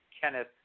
Kenneth